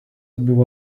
buvo